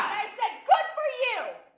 i said, good for you,